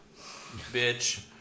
bitch